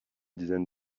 dizaine